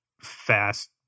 fast